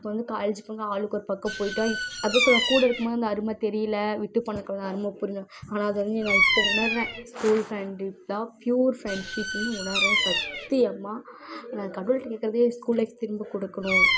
இப்போ வந்து காலேஜுக்கு போனால் ஆளுக்கு ஒரு பக்கம் போய்ட்டோம் இப் அதுதான் சொல்லுவாங்க கூட இருக்கும்போது அந்த அருமை தெரியலை விட்டு போனதுக்கப்றோம் தான் அருமை புரியும்னு ஆனால் அது வந்து நான் இப்போ உணர்கிறேன் ஸ்கூல் ஃப்ரெண்டு தான் புயூர் ஃப்ரெண்ட்ஷிப்புன்னு உணர்கிறேன் சத்தியமாக நான் கடவுள்கிட்ட கேட்குறதே ஸ்கூல் லைஃப் திரும்ப கொடுக்கணும்